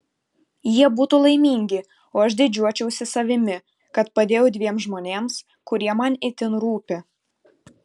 jie būtų laimingi o aš didžiuočiausi savimi kad padėjau dviem žmonėms kurie man itin rūpi